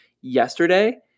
yesterday